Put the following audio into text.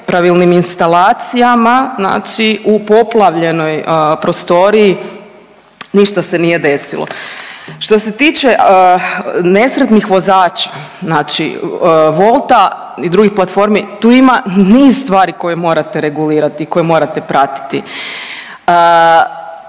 nepravilnim instalacijama znači u poplavljenoj prostoriji, ništa se nije desilo. Što se tiče nesretnih vozača znači Wolta i drugih platformi tu ima niz stvari koje morate regulirat i koje morate pratiti.